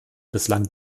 bislang